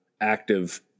active